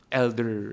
elder